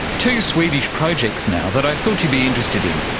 two swedish projects now that i thought you'd be interested in.